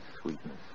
sweetness